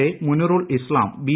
A Munirul Islam B